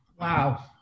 Wow